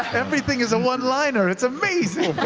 everything is a one liner, it's amazing.